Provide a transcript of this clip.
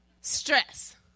stress